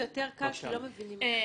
במחול זה יותר קל כי לא מבינים אתכם.